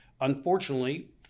unfortunately